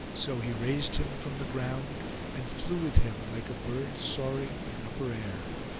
so he raised him from the ground and flew with him like a bird soaring in upper air,